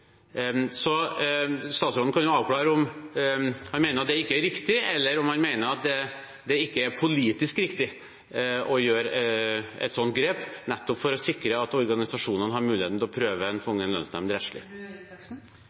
Så statsråden kan jo avklare om han mener at det ikke er riktig, eller om han mener det ikke er politisk riktig å ta et sånt grep, nettopp for å sikre at organisasjonene har mulighet til å prøve en tvungen lønnsnemd rettslig.